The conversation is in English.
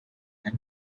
and